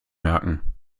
merken